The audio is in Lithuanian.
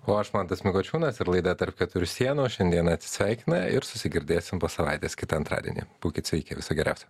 o aš mantas mikočiūnas ir laida tarp keturių sienų šiandien atsisveikina ir susigirdėsim po savaitės kitą antradienį būkit sveiki viso geriausio